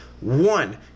One